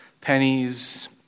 pennies